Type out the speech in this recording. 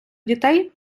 дітей